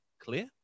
clear